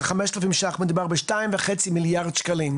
ו-5,000 שקלים מדובר ב-2.5 מיליארד שקלים,